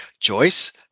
Joyce